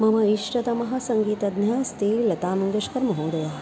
मम इष्टतमा सङ्गीतज्ञा अस्ति लतामङ्गेश्कर् महोदया